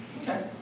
Okay